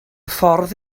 ffordd